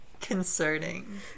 Concerning